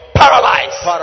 paralyzed